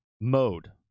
mode